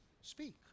speak